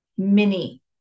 mini